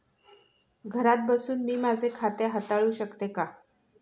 घरात बसून मी माझे खाते हाताळू शकते का?